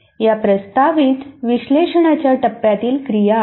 या प्रस्तावित विश्लेषणाच्या टप्प्यातील क्रिया आहेत